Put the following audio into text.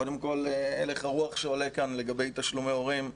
קודם כל, הלך הרוח שעולה כאן לגבי תשלומי הורים,